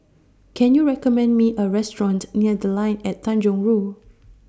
Can YOU recommend Me A Restaurant near The Line At Tanjong Rhu